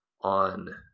on